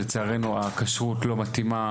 שלצערנו הכשרות לא מתאימה